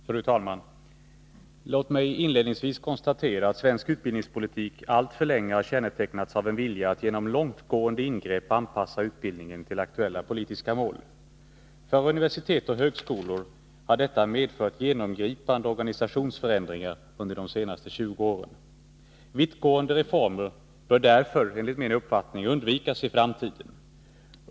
Fru talman! Låt mig inledningsvis konstatera att svensk utbildningspolitik alltför länge har kännetecknats av en vilja att genom långtgående ingrepp anpassa utbildningen till aktuella politiska mål. För universitet och högskolor har detta medfört genomgripande organisationsförändringar under de senaste 20 åren. Vittgående reformer bör därför enligt min uppfattning undvikas i framtiden.